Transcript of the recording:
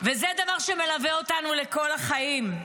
וזה דבר שמלווה אותנו לכל החיים.